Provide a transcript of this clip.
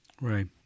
right